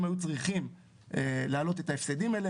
היו צריכים להעלות את ההפסדים האלה,